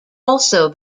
also